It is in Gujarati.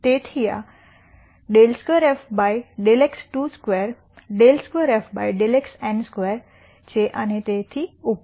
તેથી આ ∂2 f ∂x22 ∂2f ∂xn2 છે અને તેથી પર